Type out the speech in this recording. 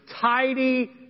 tidy